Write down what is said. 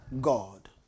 God